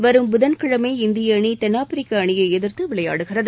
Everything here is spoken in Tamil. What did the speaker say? வரும் புதன்கிழமை இந்திய அணி தென்னாப்பிரிக்க அணியை எதிர்த்து விளையாடுகிறது